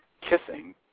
kissing